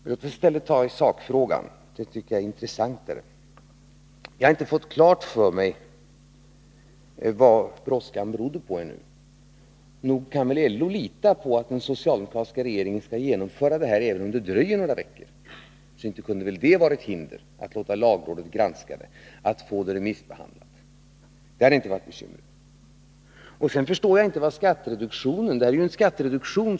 Låt oss i stället debattera sakfrågan, det är mycket intressantare! Jag har ännu inte fått klart för mig vad brådskan berodde på. Nog kan väl LO lita på att den socialdemokratiska regeringen skall genomföra avdragsrätten, även om det dröjer några veckor? Inte kan väl detta ha varit ett hinder för att låta lagrådet granska förslaget och för att få det remissbehandlat.